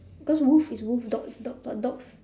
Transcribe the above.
cause wolf is wolf dog is dog but dogs